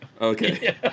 Okay